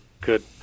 good